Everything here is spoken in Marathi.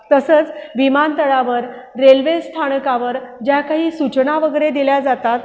तसंच विमानतळावर रेल्वे स्थानकावर ज्या काही सूचना वगैरे दिल्या जातात